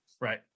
right